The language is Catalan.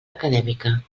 acadèmica